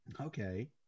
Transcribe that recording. Okay